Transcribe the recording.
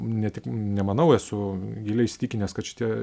ne tik nemanau esu giliai įsitikinęs kad šitie